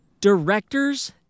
directors